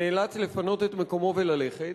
נאלץ לפנות את מקומו וללכת,